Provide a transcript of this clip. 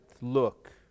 look